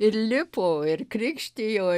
ir lipo ir krikštijo